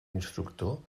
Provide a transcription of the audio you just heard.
instructor